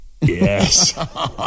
Yes